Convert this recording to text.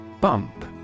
Bump